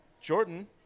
Jordan